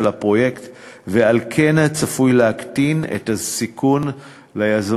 הפרויקט ועל כן זה צפוי להקטין את הסיכון ליזמים.